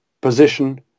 position